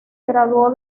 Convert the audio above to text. graduó